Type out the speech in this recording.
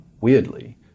weirdly